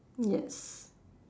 yes